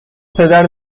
پدر